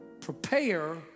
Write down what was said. Prepare